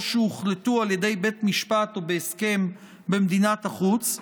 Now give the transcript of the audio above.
שהוחלטו על ידי בית משפט או בהסכם במדינת החוץ,